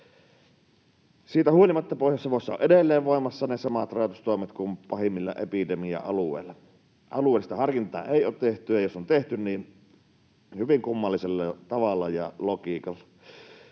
Siitä huolimatta Pohjois-Savossa ovat edelleen voimassa ne samat rajoitustoimet kuin pahimmilla epidemia-alueilla. Alueellista harkintaa ei ole tehty, ja jos on tehty, niin hyvin kummallisella tavalla ja logiikalla.